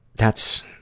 that's,